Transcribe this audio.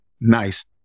nice